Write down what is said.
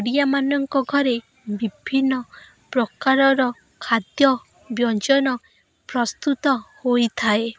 ଓଡ଼ିଆମାନଙ୍କ ଘରେ ବିଭିନ୍ନ ପ୍ରକାରର ଖାଦ୍ୟ ବ୍ୟଞ୍ଜନ ପ୍ରସ୍ତୁତ ହୋଇଥାଏ